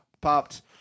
popped